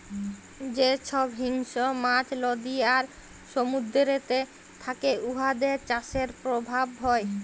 যে ছব হিংস্র মাছ লদী আর সমুদ্দুরেতে থ্যাকে উয়াদের চাষের পরভাব হ্যয়